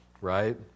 Right